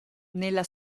nella